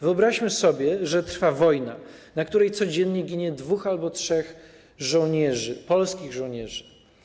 Wyobraźmy sobie, że trwa wojna, na której codziennie ginie dwóch albo trzech żołnierzy, polskich żołnierzy.